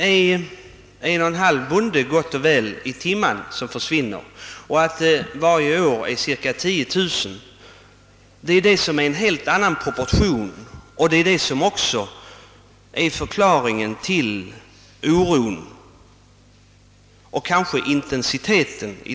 Att det försvinner gott och väl en och en halv bonde i timmen och cirka 10 000 varje år är emellertid en sak av helt andra proportioner, vilket förklarar orons intensitet.